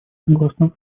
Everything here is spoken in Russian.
согласна